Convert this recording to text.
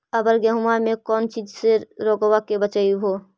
अबर गेहुमा मे कौन चीज के से रोग्बा के बचयभो?